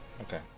Okay